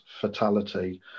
fatality